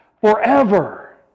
forever